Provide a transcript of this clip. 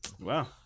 Wow